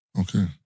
Okay